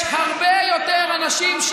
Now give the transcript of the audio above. יש הרבה יותר אנשים,